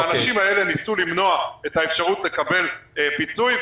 מהאנשים האלה ניסו למנוע את האפשרות לקבל פיצוי.